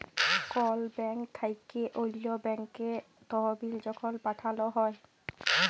call bank থ্যাইকে অল্য ব্যাংকে তহবিল যখল পাঠাল হ্যয়